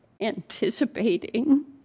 anticipating